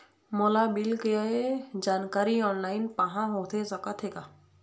मोला बिल के जानकारी ऑनलाइन पाहां होथे सकत हे का?